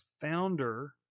founder